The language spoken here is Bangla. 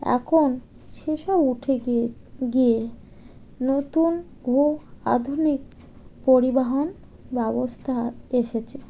এখন সেসব উঠে গিয়ে গিয়ে নতুন ও আধুনিক পরিবহন ব্যবস্থা এসেছে